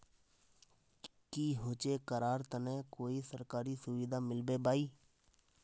की होचे करार तने कोई सरकारी सुविधा मिलबे बाई?